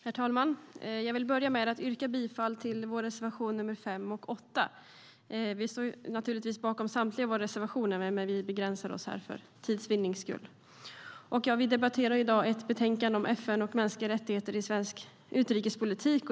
Herr talman! Jag vill börja med att yrka bifall till våra reservationer 5 och 8. Vi står naturligtvis bakom samtliga våra reservationer, men för tids vinnande begränsar jag mig. Vi debatterar i dag ett betänkande om FN och mänskliga rättigheter i svensk utrikespolitik.